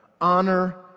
Honor